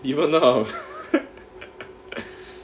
if you wanna have